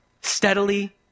steadily